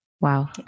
Wow